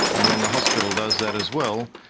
and then the hospital does that as well.